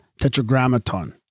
Tetragrammaton